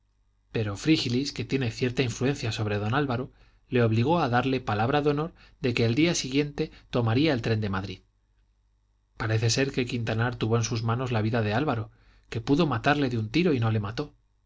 pero frígilis que tiene cierta influencia sobre don álvaro le obligó a darle palabra de honor de que al día siguiente tomaría el tren de madrid parece ser que quintanar tuvo en sus manos la vida de álvaro que pudo matarle de un tiro y no le mató